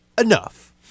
enough